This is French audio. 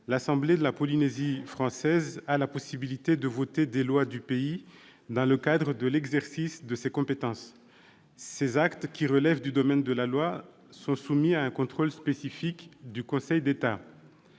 l'assemblée de la Polynésie française a la possibilité de voter des lois du pays dans le cadre de l'exercice de ses compétences. Ces actes, qui relèvent du domaine de la loi, sont soumis à un contrôle spécifique du Conseil d'État.